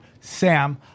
sam